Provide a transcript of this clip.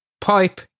Pipe